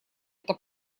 это